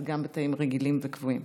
זה גם בתאים רגילים וקבועים.